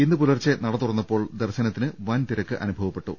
ഇന്ന് പുലർച്ചെ നട തുറന്നപ്പോൾ ദർശനത്തിന് വൻ തിരക്ക് അനുഭവപ്പെട്ടു